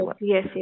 yes